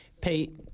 Pete